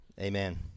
Amen